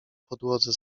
podłodze